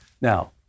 Now